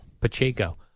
Pacheco